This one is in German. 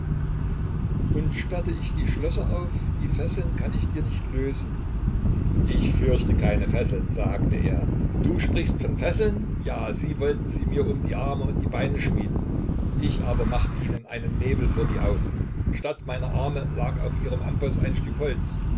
und sperrte ich die schlösser auf die fesseln kann ich dir nicht lösen ich fürchte keine fesseln sagte er du sprichst von fesseln ja sie wollten sie mir um die arme und die beine schmieden ich aber machte ihnen einen nebel vor die augen statt meiner arme lag auf ihrem amboß ein stück holz